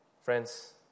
Friends